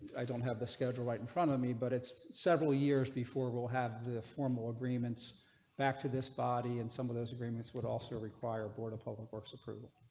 i don't have the schedule right in front of me, but it's several years before will have the formal agreements back to this body and some of those agreements would also require board of public works approve.